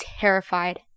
terrified